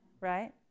right